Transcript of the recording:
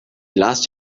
last